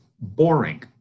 boring